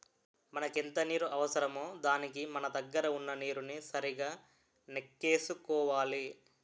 మనకెంత నీరు అవసరమో దానికి మన దగ్గర వున్న నీరుని సరిగా నెక్కేసుకోవాలి